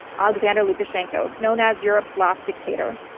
alexander lukashenko, known as europe's last dictator.